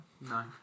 No